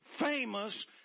famous